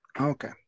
okay